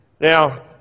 Now